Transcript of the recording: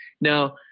Now